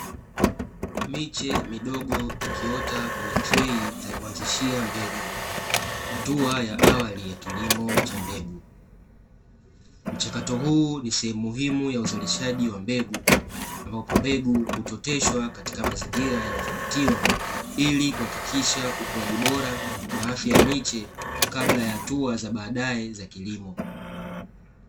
Miche Midogo ikiota kwenye trai za kuanzishia mbegu, hatua ya awali ya kilimo cha mbegu. Mchakato huu ni sehemu muhimu ya uzalishaji wa mbegu, ambapo mbegu hutoteshwa katika mazingira yaliyodhibitiwa ili kuhakikisha ukuaji bora na afya ya miche kabla ya hatua za baadae za kilimo.